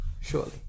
Surely